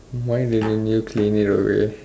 why didn't you clean it away